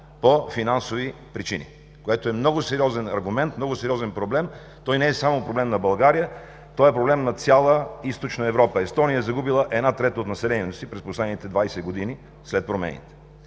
по финансови причини, което е много сериозен аргумент, много сериозен проблем. Той не е само проблем на България, той е проблем на цяла Източна Европа. Естония е загубила една трета от населението си през последните двадесет години след промените.